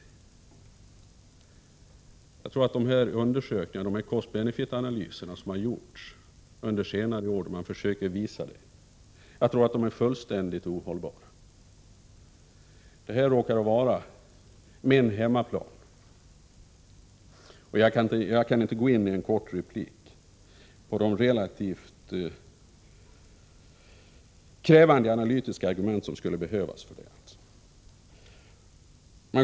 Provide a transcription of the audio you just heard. Jag tror att de undersökningar och cost-benefit-analyser som har gjorts under senare år då man har försökt visa detta är fullständigt ohållbara. Detta råkar vara min hemmaplan. Jag kan dock inte i en kort replik gå in på de relativt krävande analytiska argument som skulle behövas.